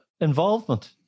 Involvement